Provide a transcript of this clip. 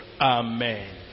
Amen